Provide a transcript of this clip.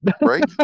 right